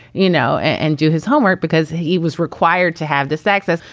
you know, and do his homework because he was required to have this access.